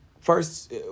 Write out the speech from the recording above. first